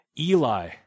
Eli